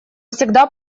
всегда